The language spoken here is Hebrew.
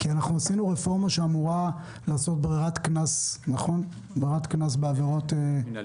עשינו רפורמה שאמורה לעשות בררת קנס בעבירות קלות.